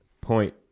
point